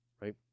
right